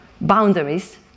boundaries